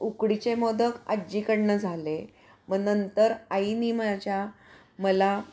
उकडीचे मोदक आजीकडून झाले मग नंतर आईने माझ्या मला